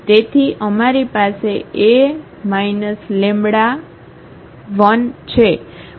તેથી અમારી પાસે A λI છે